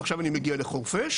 ועכשיו אני מגיע לחורפיש,